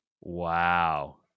Wow